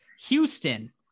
Houston